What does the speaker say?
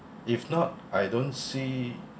if not I don't see